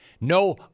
No